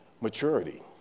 maturity